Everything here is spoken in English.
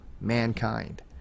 mankind